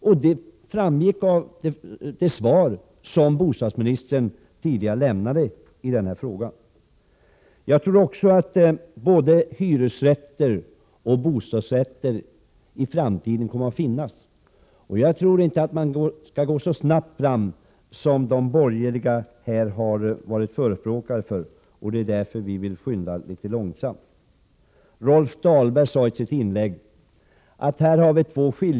Det framgick av det svar som bostadsministern tidigare lämnade i den här frågan. Jag tror också att det kommer att finnas både hyresrätter och bostadsrätter i framtiden. Man skall nog inte gå så snabbt fram som de borgerliga här förespråkar; vi vill skynda långsamt. Rolf Dahlberg sade att det finns en skiljelinje i svensk politik.